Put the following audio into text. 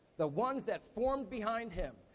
the ones that formed behind him,